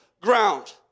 ground